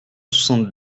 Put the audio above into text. soixante